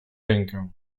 rękę